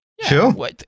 Sure